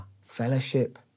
fellowship